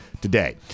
today